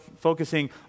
focusing